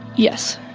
yes.